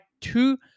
two